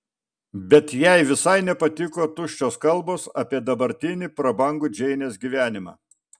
bet jai visai nepatiko tuščios kalbos apie dabartinį prabangų džeinės gyvenimą